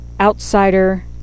outsider